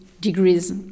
degrees